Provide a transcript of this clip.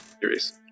serious